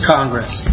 Congress